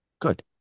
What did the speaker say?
Good